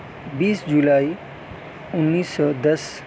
بیس جولائی انیس سو دس